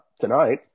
tonight